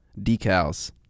Decals